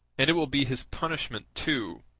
and it will be his punishment too